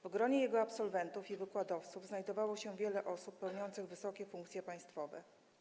W gronie jego absolwentów i wykładowców znajdowało się wiele osób pełniących wysokie funkcje państwowe.